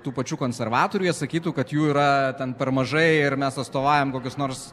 tų pačių konservatorių jie sakytų kad jų yra ten per mažai ir mes atstovaujam kokius nors